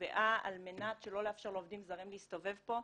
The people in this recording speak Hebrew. נקבעה על מנת שלא לאפשר לעובדים הזרים להסתובב פה,